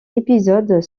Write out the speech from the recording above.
épisode